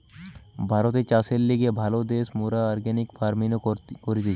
ভারত চাষের লিগে ভালো দ্যাশ, মোরা অর্গানিক ফার্মিনো করতেছি